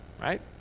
right